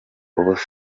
ubusa